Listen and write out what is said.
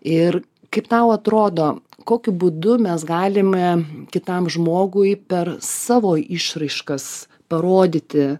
ir kaip tau atrodo kokiu būdu mes galime kitam žmogui per savo išraiškas parodyti